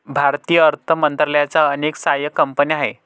भारतीय अर्थ मंत्रालयाच्या अनेक सहाय्यक कंपन्या आहेत